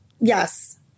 yes